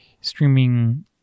streaming